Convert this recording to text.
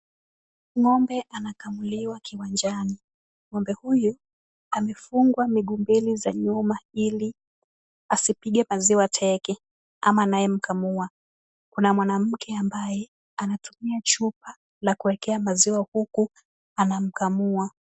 Ng'ombe anakamuliwa kiwanjani. Ng'ombe huyu amefungwa miguu mbili za nyuma ili asipige maziwa teke ama anayemkamua. Kuna mwanamke ambaye anatumia chupa ya kuekea maziwa huku anamkamua.